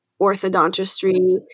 orthodontistry